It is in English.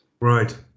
Right